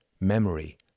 Memory